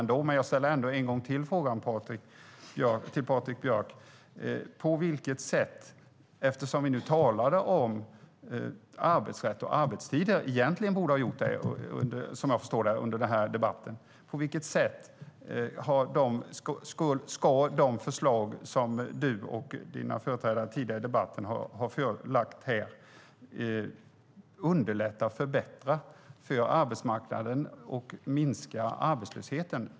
Låt mig dock ställa frågan ännu en gång till Patrik Björck: Vi borde egentligen ha talat om arbetsrätt och arbetstider under denna debatt, så på vilket sätt ska de förslag som du och de som varit före dig i debatten lagt fram underlätta och förbättra på arbetsmarknaden och minska arbetslösheten?